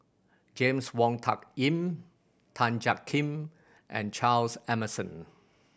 James Wong Tuck Yim Tan Jiak Kim and Charles Emmerson